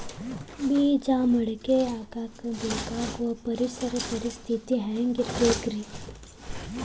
ಬೇಜ ಮೊಳಕೆಯಾಗಕ ಬೇಕಾಗೋ ಪರಿಸರ ಪರಿಸ್ಥಿತಿ ಹ್ಯಾಂಗಿರಬೇಕರೇ?